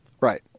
right